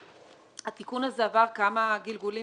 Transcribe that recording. התיקון הזה עבר כמה גלגולים